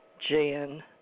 Jan